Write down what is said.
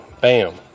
Bam